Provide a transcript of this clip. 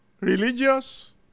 religious